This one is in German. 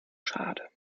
schade